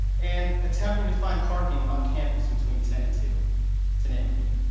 and attempting to find parking on campus between ten and two to name a few.